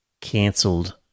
cancelled